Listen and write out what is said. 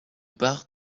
bart